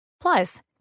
Plus